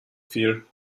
viel